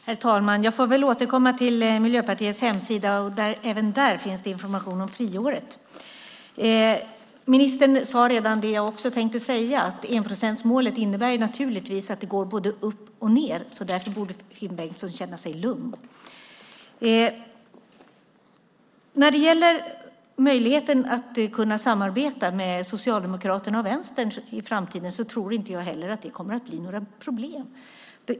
Herr talman! Jag får väl återkomma till Miljöpartiets hemsida. Även där finns det information om friåret. Ministern sade det som jag också tänkte säga, att enprocentsmålet naturligtvis innebär att det går både upp och ned. Därför borde Finn Bengtsson känna sig lugn. När det gäller möjligheten att samarbeta med Socialdemokraterna och Vänstern i framtiden tror jag inte att det kommer att bli några problem.